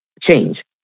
change